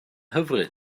hyfryd